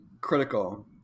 critical